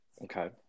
Okay